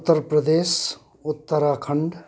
Uttar Pradesh Uttarakhand